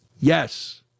Yes